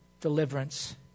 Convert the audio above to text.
deliverance